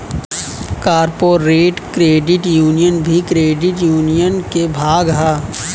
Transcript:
corporate credit union भी credit union के भाग ह